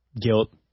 guilt